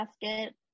Basket